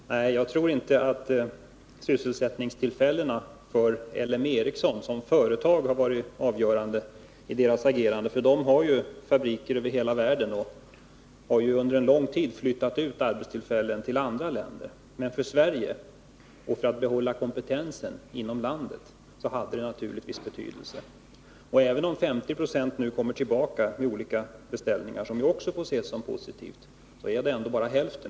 Herr talman! Jag tror inte att sysselsättningssynpunkten för L M Ericsson som företag har varit avgörande för dess agerande. Det företaget har ju fabriker över hela världen och har under en lång tid flyttat ut arbetstillfällen till andra länder. Men för att behålla kompetensen inom landet hade affären haft betydelse. Även om 50 26 kommer tillbaka i olika beställningar, vilket får ses som positivt, är det ändå bara hälften.